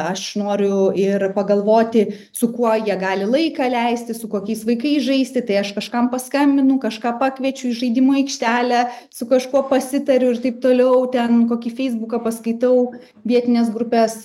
aš noriu ir pagalvoti su kuo jie gali laiką leisti su kokiais vaikais žaisti tai aš kažkam paskambinu kažką pakviečiu į žaidimų aikštelę su kažkuo pasitariu ir taip toliau ten kokį feisbuką paskaitau vietines grupes